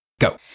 go